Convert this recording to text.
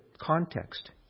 context